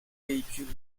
véhicule